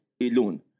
Alone